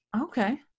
Okay